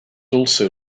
also